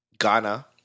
Ghana